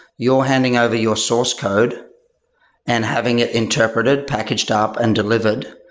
you're handing over your source code and having ah interpreted, packed up and delivered.